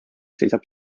seisab